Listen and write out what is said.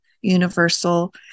universal